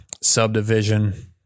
subdivision